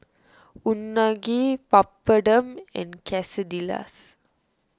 Unagi Papadum and Quesadillas